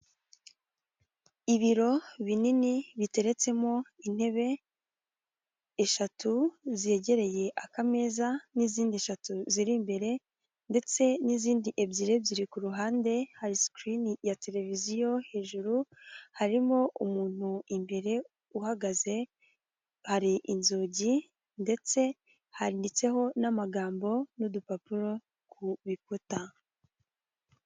Ibiro binini biteretsemo intebe eshatu zegereye akameza n'izindi eshatu ziri imbere ndetse n'izindi ebyiri ebyiri kuru ruhande sikirini ya televiziyo hejuru harimo umuntu imbere uhagaze hari inzugi ndetse handitseho n'amagambo n'udupapuro ku bikuta.